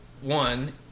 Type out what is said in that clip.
one